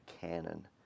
canon